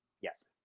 Yes